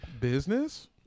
Business